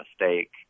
mistake